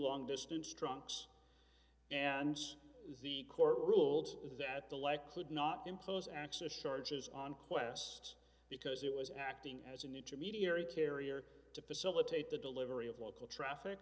long distance trunks and the court ruled that the lack could not impose access charges on quests because it was acting as an intermediary carrier to facilitate the delivery of local traffic